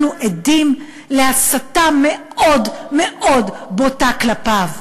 אנחנו עדים להסתה מאוד מאוד בוטה כלפיו,